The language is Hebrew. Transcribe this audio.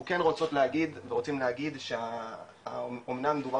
אנחנו כן רוצות להגיד ורוצים להגיד שאמנם מדובר